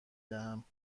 دهم